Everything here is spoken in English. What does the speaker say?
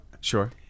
Sure